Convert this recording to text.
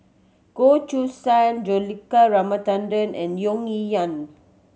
Goh Choo San Juthika Ramanathan and Tung Yue Nang